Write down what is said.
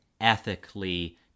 ethically